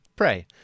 pray